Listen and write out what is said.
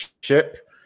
ship